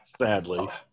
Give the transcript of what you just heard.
Sadly